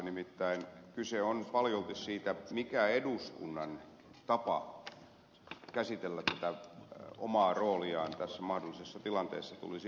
nimittäin kyse on paljolti siitä mikä eduskunnan tapa käsitellä tätä omaa rooliaan tässä mahdollisessa tilanteessa tulisi olemaan